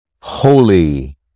Holy